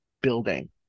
building